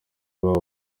babo